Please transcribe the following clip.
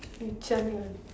which one you want